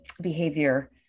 behavior